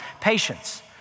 Patience